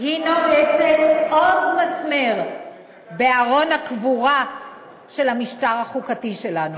היא נועצת עוד מסמר בארון הקבורה של המשטר החוקתי שלנו.